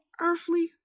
earthly